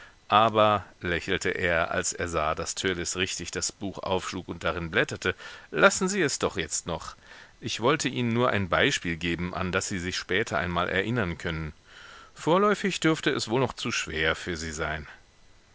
aber lächelte er als er sah daß törleß richtig das buch aufschlug und darinnen blätterte lassen sie es doch jetzt noch ich wollte ihnen nur ein beispiel geben an das sie sich später einmal erinnern können vorläufig dürfte es wohl noch zu schwer für sie sein